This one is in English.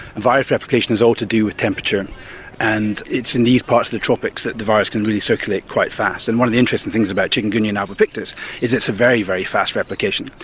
virus replication is all to do with temperature and it's in these parts of the tropics that the virus can really circulate quite fast. and one of the interesting things about chikungunya and albopictus is that it's a very, very fast replication,